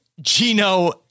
gino